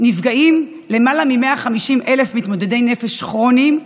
נפגעים למעלה מ-150,000 מתמודדי נפש כרוניים,